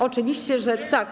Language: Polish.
Oczywiście, że tak.